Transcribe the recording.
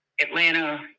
Atlanta